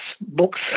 books